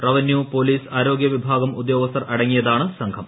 revenue police ആരോഗൃ വിഭാഗം ഉദ്യോഗസ്ഥർ അടങ്ങിയതാണ് സംഘം